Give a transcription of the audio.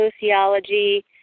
sociology